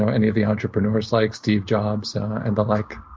so any of the entrepreneurs, like steve jobs and the like.